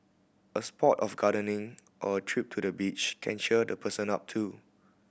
a spot of gardening or a trip to the beach can cheer the person up too